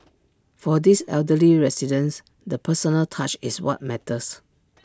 for these elderly residents the personal touch is what matters